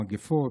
מגפות,